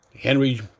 Henry